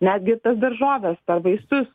netgi tas daržoves ar vaisius